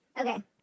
Okay